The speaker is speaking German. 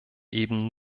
eben